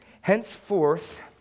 Henceforth